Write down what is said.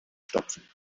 stopfen